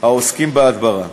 העוסקים בהדברה.